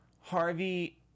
Harvey –